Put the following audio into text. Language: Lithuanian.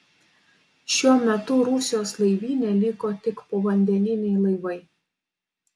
šiuo metu rusijos laivyne liko tik povandeniniai laivai